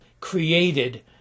created